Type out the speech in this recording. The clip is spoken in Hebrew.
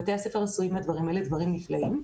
בתי ספר עשו עם דברים האלה דברים נפלאים.